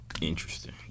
Interesting